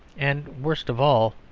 and worst of all,